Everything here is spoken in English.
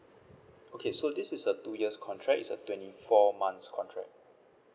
okay so this is a two years contract it's a twenty four months contract